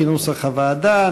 כנוסח הוועדה.